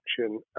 action